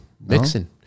Mixing